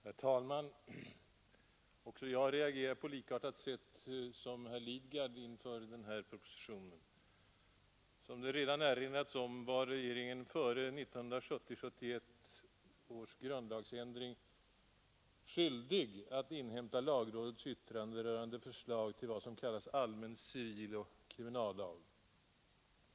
Herr talman! Jag reagerar på likartat sätt som herr Lidgard inför den här propositionen. Som redan erinrats om var regeringen före 1970—1971 års grundlagsändring skyldig att inhämta lagrådets yttrande rörande förslag till vad som kallas allmän civiloch kriminallag.